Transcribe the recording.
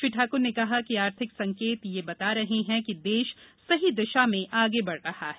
श्री ठाकुर ने कहा कि आर्थिक संकेत यह बता रहे हैं कि देश सही दिशा में आगे बढ़ रहा है